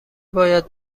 باید